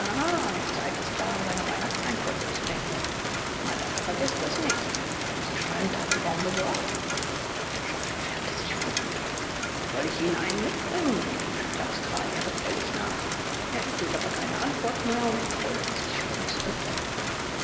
die zeit ist da an seine weihnachtseinkäufe zu denken madame vergißt es nicht haben sie schon einen tannenbaum besorgt wutschow entfernte sich fluchend soll ich ihnen einen mitbringen rief ihm der australier gefällig nach er erhielt aber keine antwort mehr und trollte sich schmunzelnd